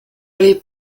oli